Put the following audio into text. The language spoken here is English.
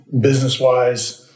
business-wise